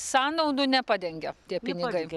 sąnaudų nepadengia tie pinigai